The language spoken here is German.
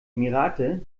emirate